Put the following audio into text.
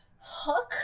hook